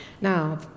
Now